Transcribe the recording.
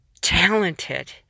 talented